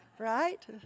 Right